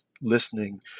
listening